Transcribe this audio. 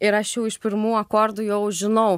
ir aš jau iš pirmų akordų jau žinau